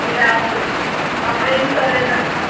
இல்லை அப்படி அப்படின்னு சொல்லிதான்